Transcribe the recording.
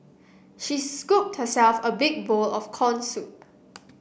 she scooped herself a big bowl of corn soup